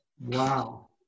wow